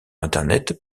internet